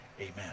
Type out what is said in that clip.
Amen